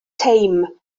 teim